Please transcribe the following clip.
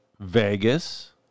Vegas